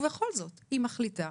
ובכל זאת, היא מחליטה,